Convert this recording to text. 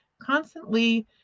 constantly